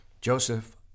Joseph